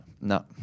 No